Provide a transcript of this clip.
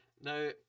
Now